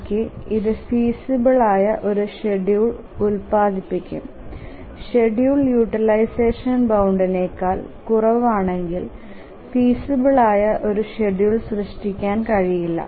RMAക്ക് ഇത് ഫീസിബിൽ ആയ ഒരു ഷെഡ്യൂൾ ഉൽപാദിപ്പിക്കും ഷെഡ്യൂൾ യൂട്ടിലൈസഷൻ ബൌണ്ടിനേക്കാൾ കുറവാണെങ്കിൽ ഫീസിബിൽ ആയ ഒരു ഷെഡ്യൂൾ സൃഷ്ടിക്കാൻ കഴിയില്ല